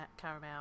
caramel